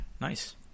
nice